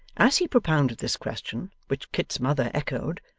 as he propounded this question, which kit's mother echoed,